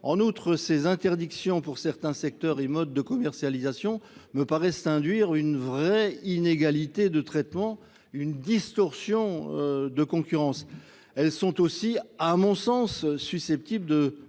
En outre, ces interdictions pour certains secteurs et modes de commercialisation me paraissent induire une vraie inégalité de traitement, une distorsion de concurrence. Elles sont aussi, à mon sens, susceptibles de